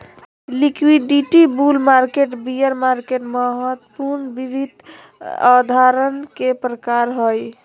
liquidity, bull market, bear market महत्वपूर्ण वित्त अवधारणा के प्रकार हय